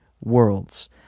worlds